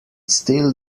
still